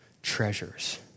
treasures